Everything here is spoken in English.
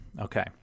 Okay